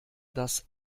das